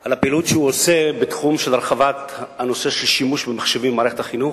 על הפעילות שלו בתחום של הרחבת השימוש במחשבים במערכת החינוך.